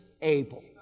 able